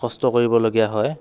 কষ্ট কৰিবলগীয়া হয়